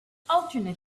alternate